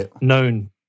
known